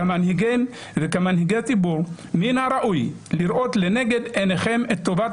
כמנהיגים וכמנהגי ציבור מן הראוי לראות לנגד עיניכם את טובת